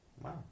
Wow